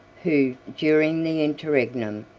who, during the interregnum,